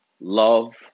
love